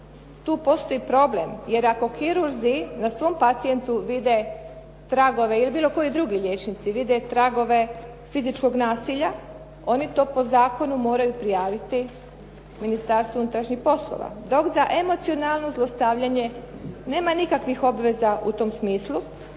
tu postoji problem, jer ako kirurzi na svom pacijentu vide tragove ili bilo koji drugi liječnici, vide tragove fizičkog nasilja, oni to po zakonu moraju prijaviti Ministarstvu unutrašnjih poslova, dok za emocionalno zlostavljanje nema nikakvih obveza u tom smislu,